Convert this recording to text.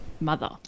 mother